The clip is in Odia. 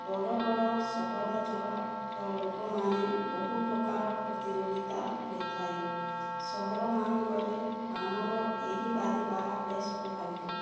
ବଡ଼ ବଡ଼ ସହରଞ୍ଚଳର ଲୋକମାନେ ବହୁ ପ୍ରକାର ପ୍ରତିଯୋଗିତା ହୋଇଥାଏ ସହରମାନଙ୍କରେ ଆମର ଏହି ବାଦୀପାଲା ବେସ୍ ପ୍ରଭାବିତ